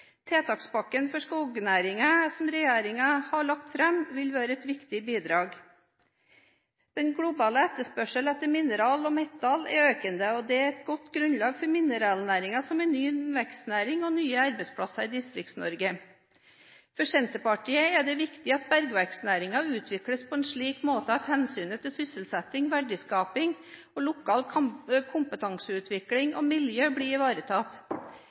Tiltakspakken for skognæringen, som regjeringen har lagt fram, vil være et viktig bidrag. Den globale etterspørselen etter mineraler, og metall, er økende. Det er et godt grunnlag for mineralnæringen, som er en ny vekstnæring, og for nye arbeidsplasser i Distrikts-Norge. For Senterpartiet er det viktig at bergverksnæringen utvikles på en slik måte at hensynene til sysselsetting, verdiskaping, lokal kompetanseutvikling og miljø blir ivaretatt.